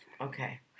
Okay